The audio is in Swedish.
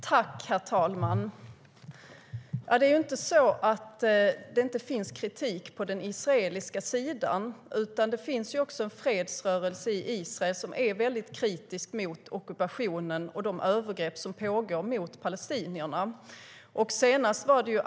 Herr talman! Det finns kritik även på den israeliska sidan. Det finns en fredsrörelse i Israel som är mycket kritisk till ockupationen och de övergrepp som pågår mot palestinierna.